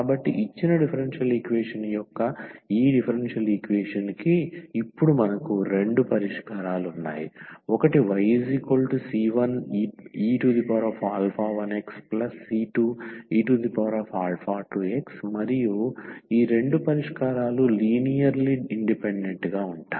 కాబట్టి ఇచ్చిన differential equation యొక్క ఈ డిఫరెన్షియల్ ఈక్వేషన్ కి ఇప్పుడు మనకు రెండు పరిష్కారాలు ఉన్నాయి ఒకటి yc1e1xc2e2x మరియు ఈ రెండు పరిష్కారాలు లీనియర్లీ ఇండిపెండెంట్ గా ఉంటాయి